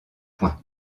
point